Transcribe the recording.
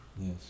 yes